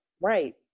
right